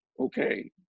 okay